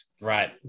Right